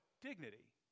dignity